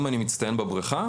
אם אני מצטיין בבריכה,